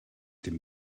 dem